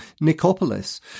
Nicopolis